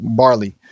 barley